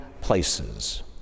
places